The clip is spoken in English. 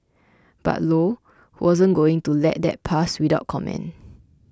but Low wasn't going to let that pass without comment